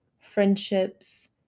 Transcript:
friendships